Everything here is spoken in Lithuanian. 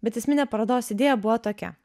bet esminė parodos idėja buvo tokia